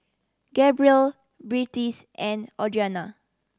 Gabriel Beatrice and Audrianna